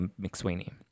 McSweeney